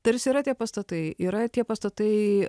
tarsi yra tie pastatai yra tie pastatai